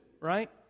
right